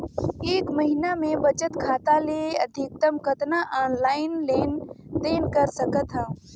एक महीना मे बचत खाता ले अधिकतम कतना ऑनलाइन लेन देन कर सकत हव?